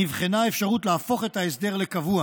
נבחנה האפשרות להפוך את ההסדר לקבוע